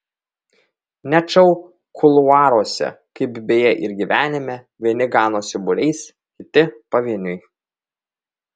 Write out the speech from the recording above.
net šou kuluaruose kaip beje ir gyvenime vieni ganosi būriais kiti pavieniui